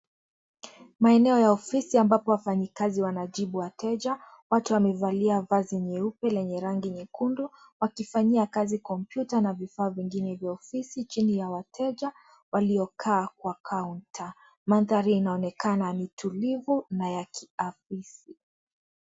Maeneo ya ofisi ambapo wafanyikazi wanajibu wateja , wote wamevalia vazi nyeupe lenye rangi nyekundu wakifanyia kazi kompyuta na vifaa vingine vya ofisi chini ya wateja waliokaa kwa counter . Mandhari inaonekana ni tulivu na ya kiafisi.